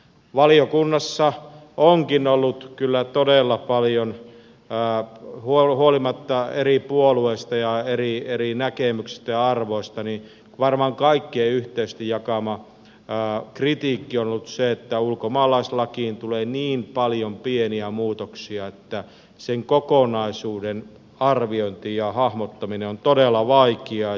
valiokunnassa kyllä huolimatta eri puolueista ja eri näkemyksistä ja arvoista varmaan kaikkien yhteisesti jakama kritiikki on ollut se että ulkomaalaislakiin tulee niin paljon pieniä muutoksia että sen kokonaisuuden arviointi ja hahmottaminen on todella vaikeaa